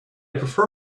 prefer